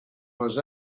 was